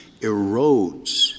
erodes